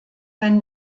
wenn